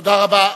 תודה רבה.